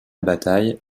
bataille